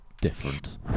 different